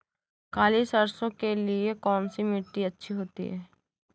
काली सरसो के लिए कौन सी मिट्टी अच्छी होती है?